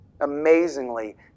Amazingly